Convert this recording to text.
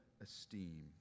esteem